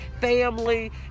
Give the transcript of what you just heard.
family